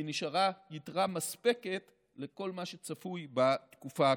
כי נשארה יתרה מספקת לכל מה שצפוי בתקופה הקרובה.